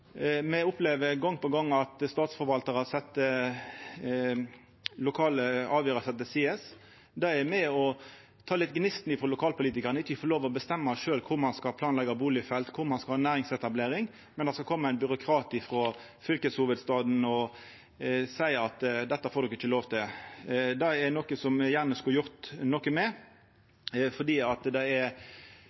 Me opplever gong på gong at statsforvaltarar set lokale avgjerder til side. Det er med på å ta gnisten frå lokalpolitikarar ikkje å få lov til å bestemma sjølve kvar ein skal planleggja bustadfelt, og kvar ein skal ha næringsetablering, men at det skal koma ein byråkrat frå fylkeshovudstaden og seia at dette får de ikkje lov til. Dette er noko me gjerne skulle ha gjort noko med, for det er